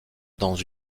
dans